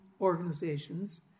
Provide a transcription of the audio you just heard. organizations